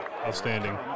outstanding